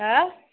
हो